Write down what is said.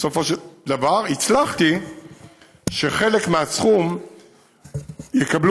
בסופו של דבר הצלחתי שבחלק מהסכום יקבלו